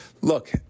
Look